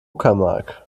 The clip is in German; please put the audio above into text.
uckermark